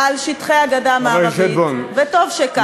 על שטחי הגדה המערבית, וטוב שכך.